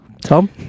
Tom